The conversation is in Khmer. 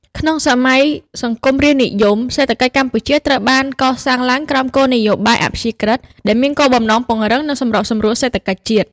ក្នុងសម័យសង្គមរាស្ត្រនិយម សេដ្ឋកិច្ចកម្ពុជាត្រូវបានកសាងឡើងក្រោមគោលនយោបាយ អព្យាក្រឹត្យ ដែលមានគោលបំណងពង្រឹង និងសម្របសម្រួលសេដ្ឋកិច្ចជាតិ។